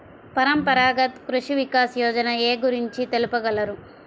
పరంపరాగత్ కృషి వికాస్ యోజన ఏ గురించి తెలుపగలరు?